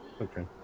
Okay